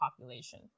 population